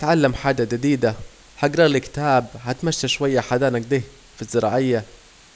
اتعلم حاجة جديدة، اجرالي كتبا، اتمشى شوية حدانا اكده في الزراعية